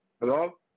Hello